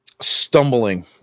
stumbling